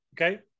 Okay